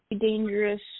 dangerous